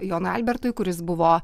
jonui albertui kuris buvo